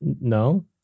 No